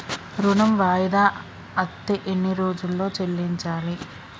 ఋణం వాయిదా అత్తే ఎన్ని రోజుల్లో చెల్లించాలి?